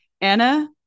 Anna